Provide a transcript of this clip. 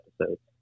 episodes